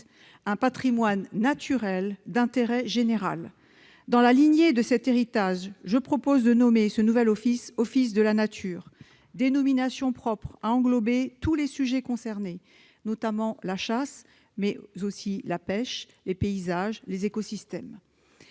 un « patrimoine naturel d'intérêt général ». Dans la lignée de cet héritage, je propose de nommer cette nouvelle instance « Office français de la nature », une dénomination susceptible d'englober tous les sujets concernés, non seulement la chasse, mais aussi la pêche, les paysages et les écosystèmes.